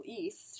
East